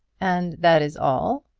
and that is all?